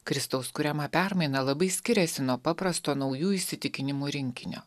kristaus kuriama permaina labai skiriasi nuo paprasto naujų įsitikinimų rinkinio